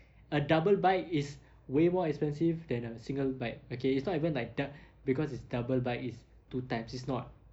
a double bike is way more expensive than a single bike okay it's not even like dou~ because it's double bike it's two times it's not